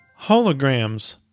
Holograms